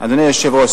אדוני היושב-ראש,